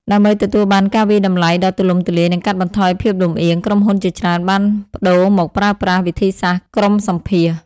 ដើម្បីទទួលបានការវាយតម្លៃដ៏ទូលំទូលាយ និងកាត់បន្ថយភាពលំអៀង ក្រុមហ៊ុនជាច្រើនបានប្ដូរមកប្រើប្រាស់វិធីសាស្ត្រក្រុមសម្ភាសន៍។